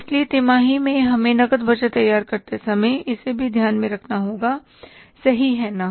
इसलिए तिमाही में हमें नकद बजट तैयार करते समय इसे भी ध्यान में रखना होगा सही है ना